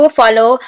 follow